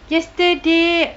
yesterday